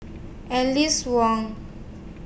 Aline Wong